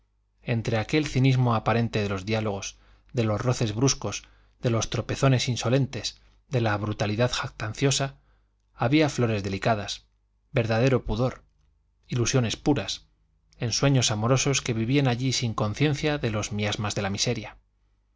entre aquel cinismo aparente de los diálogos de los roces bruscos de los tropezones insolentes de la brutalidad jactanciosa había flores delicadas verdadero pudor ilusiones puras ensueños amorosos que vivían allí sin conciencia de los miasmas de la miseria